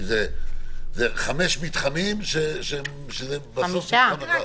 כי אלו חמישה מתחמים שהם מתחם אחד.